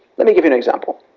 let me give you an example.